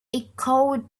echoed